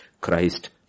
Christ